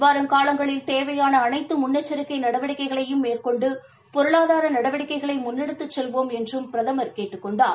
வரும் காலங்களில் தேவையான அளைத்து முன்னெச்சரிக்கை நடவடிக்கைகளையும் மேற்கொண்டு பொருளாதார நடவடிக்கைகளை முன்னெடுத்துச் செல்வோம் என்றும் பிரதமர் கேட்டுக் கொண்டார்